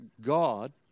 God